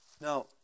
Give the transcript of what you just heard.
Now